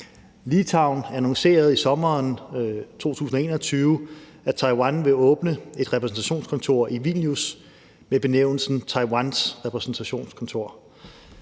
Litauen annoncerede i sommeren 2021, at Taiwan vil åbne et repræsentationskontor i Vilnius med benævnelsen Taiwans repræsentationskontor.